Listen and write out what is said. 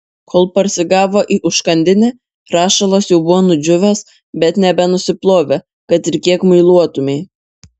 kol parsigavo į užkandinę rašalas jau buvo nudžiūvęs bet nebenusiplovė kad ir kiek muiluotumei